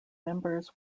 members